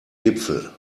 gipfel